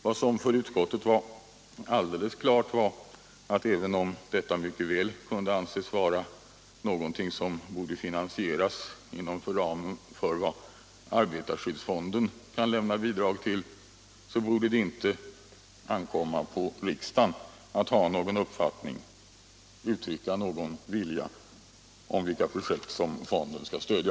Vad som för utskottet stod alldeles klart var, att även om detta mycket väl skulle kunna finansieras inom ramen för arbetarskyddsfonden, borde det inte ankomma på riksdagen att uttrycka någon vilja när det gäller vilka projekt som fonden skall stödja.